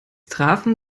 trafen